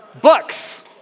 Books